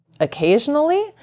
occasionally